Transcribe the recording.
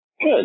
good